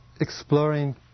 exploring